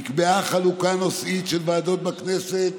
נקבעה חלוקה נושאית של ועדות בכנסת